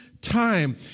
time